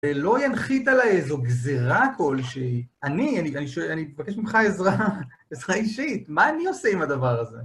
ולא ינחית עליי איזו גזירה כלשהי. אני, אני שואל, אני מבקש ממך עזרה, עזרה אישית, מה אני עושה עם הדבר הזה?